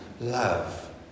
love